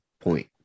point